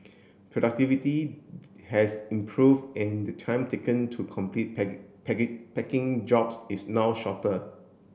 productivity has improved and the time taken to complete packing jobs is now shorter